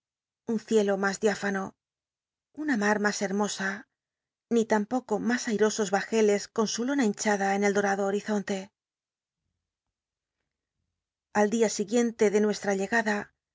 un cielo mas diáfano una mar mas hermosa ni tamj oco mas airosos bajeles con su lona hinchada en el dorado horizonte al día siguiente de nuesha llegada